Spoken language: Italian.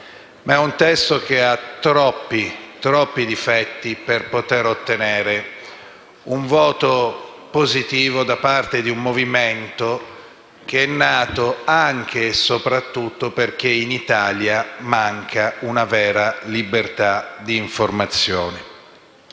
ma esso ha troppi difetti per poter ottenere il voto favorevole da parte di un Movimento che è nato anche e soprattutto perché in Italia manca una vera libertà di informazione.